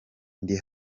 ndi